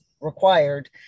required